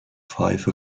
five